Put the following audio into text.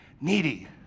needy